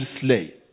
slay